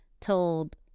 told